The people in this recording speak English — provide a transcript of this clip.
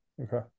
Okay